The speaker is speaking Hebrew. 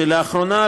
לאחרונה,